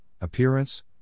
appearance